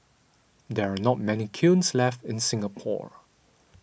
there are not many kilns left in Singapore